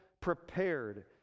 prepared